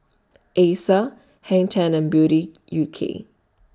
Acer Hang ten and Beauty U K